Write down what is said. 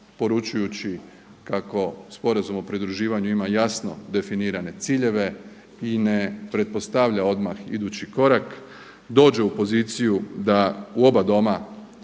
poručujući kako Sporazum o pridruživanju ima jasno definirane ciljeve i ne pretpostavlja odmah idući korak, dođe u poziciju da u oba Doma